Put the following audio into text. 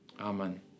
Amen